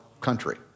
country